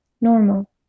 normal